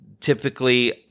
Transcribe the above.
typically